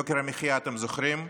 יוקר המחיה, אתם זוכרים?